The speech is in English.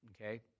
Okay